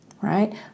right